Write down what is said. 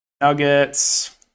Nuggets